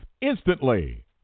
instantly